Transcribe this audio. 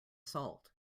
salt